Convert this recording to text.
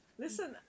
Listen